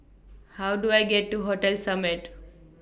How Do I get to Hotel Summit